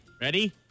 Ready